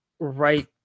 right